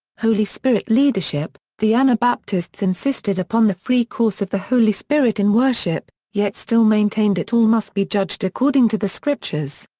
holy spirit leadership the anabaptists insisted upon the free course of the holy spirit in worship, yet still maintained it all must be judged according to the scriptures.